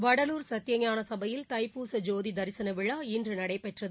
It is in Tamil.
வடலூர் சத்தியஞான சபையில் தைப்பூச ஜோதி தரிசன விழா இன்று நடைபெற்றது